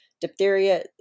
diphtheria